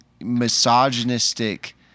misogynistic